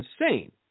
insane